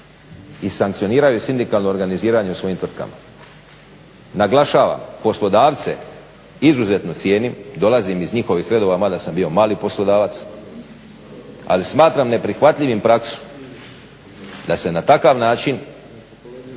i sankcioniraju sindikalno organiziranje u svojim tvrtkama. Naglašavam, poslodavce izuzetno cijenim, dolazim iz njihovih redova mada sam bio mali poslodavac, ali smatram neprihvatljivim praksu da se na takav način